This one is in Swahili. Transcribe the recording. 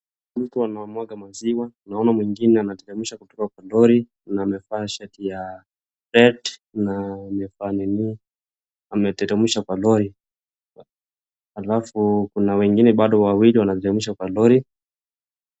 Mtu anamwaga maziwa naona mwingine anateremsha kutoka kwa lori na amevaa shati ya red na ameteremsha kwa lori. Alafu kuna wengine bado wawili wanateremsha kwa roli.